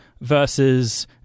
versus